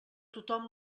tothom